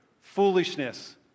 foolishness